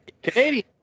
Canadian